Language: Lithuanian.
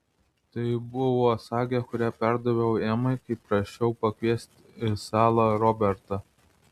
tai buvo sagė kurią perdaviau emai kai prašiau pakviesti į salą robertą